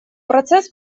процесс